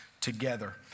together